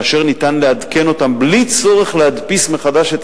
כאשר ניתן לעדכן אותם בלי צורך להדפיס מחדש את